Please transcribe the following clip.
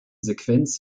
sequenz